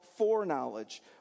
Foreknowledge